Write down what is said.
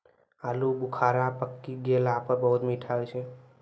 आलू बुखारा पकी गेला पर बहुत मीठा होय छै